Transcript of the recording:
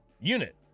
unit